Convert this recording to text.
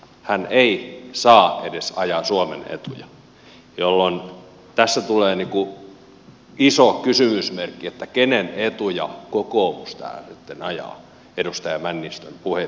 hän ei edes saa ajaa suomen etuja jolloin tässä tulee iso kysymysmerkki kenen etuja kokoomus täällä nyt ajaa edustaja männistön puheitten perusteella